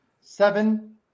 Seven